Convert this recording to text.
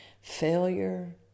Failure